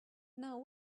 now